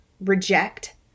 reject